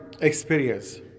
experience